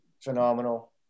phenomenal